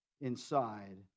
inside